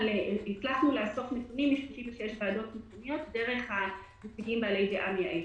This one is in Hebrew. הצלחנו לאסוף נתונים מ-66 ועדות מקומיות דרך הנציגים בעלי דעה מייעצת.